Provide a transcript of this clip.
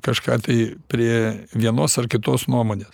kažką tai prie vienos ar kitos nuomonės